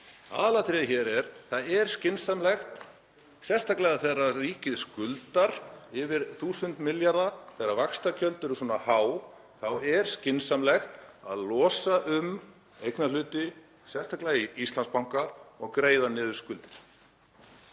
Aðalatriðið hér er: Það er skynsamlegt, sérstaklega þegar ríkið skuldar yfir 1.000 milljarða, þegar vaxtagjöld eru svona há, að losa um eignarhluti, sérstaklega í Íslandsbanka, og greiða niður skuldir.